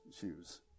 shoes